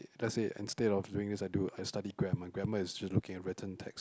like say instead of doing this I do I study grammar grammar is just looking at written text